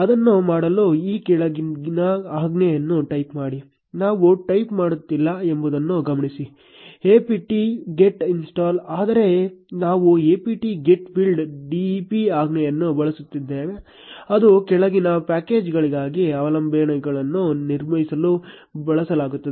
ಅದನ್ನು ಮಾಡಲು ಈ ಕೆಳಗಿನ ಆಜ್ಞೆಯನ್ನು ಟೈಪ್ ಮಾಡಿ ನಾವು ಟೈಪ್ ಮಾಡುತ್ತಿಲ್ಲ ಎಂಬುದನ್ನು ಗಮನಿಸಿ apt get install ಆದರೆ ನಾವು apt get build dep ಆಜ್ಞೆಯನ್ನು ಬಳಸುತ್ತಿದ್ದೇವೆ ಅದು ಕೆಳಗಿನ ಪ್ಯಾಕೇಜ್ಗಾಗಿ ಅವಲಂಬನೆಗಳನ್ನು ನಿರ್ಮಿಸಲು ಬಳಸಲಾಗುತ್ತದೆ